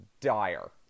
dire